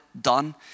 done